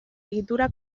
egitura